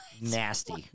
nasty